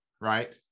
Right